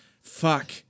Fuck